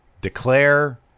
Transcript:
declare